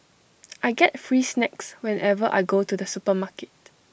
I get free snacks whenever I go to the supermarket